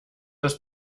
das